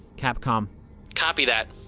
capcom copy that.